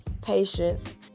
patience